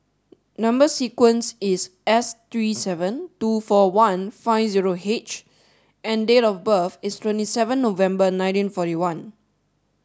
number sequence is S three seven two four one five zero H and date of birth is twenty seven November nineteen forty one